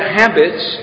habits